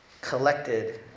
collected